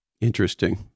Interesting